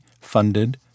funded